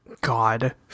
God